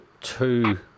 two